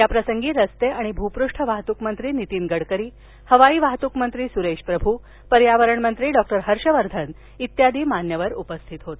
याप्रसंगी रस्ते आणि भूपृष्ठ वाहतूक मंत्री नीतीन गडकरी हवाई वाहतूक मंत्री सुरेश प्रभू पर्यावरण मंत्री डॉक्टर हर्ष वर्धन इत्यादि मान्यवर उपस्थित होते